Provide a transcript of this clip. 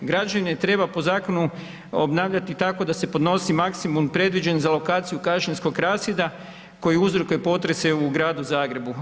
Građenje treba po zakonu obnavljati tako da se podnosi maksimum predviđen za lokaciju kašinskog rasjeda koji uzrokuje potrese u Gradu Zagrebu.